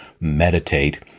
meditate